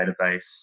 database